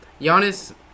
Giannis